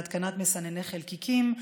להתקנת מסנני חלקיקים,